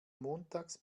montags